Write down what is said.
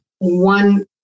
one